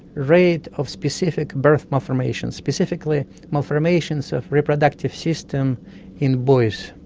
rate of specific birth malformations, specifically malformations of reproductive system in boys,